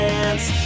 Dance